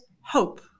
hope